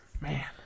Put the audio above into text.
Man